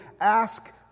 ask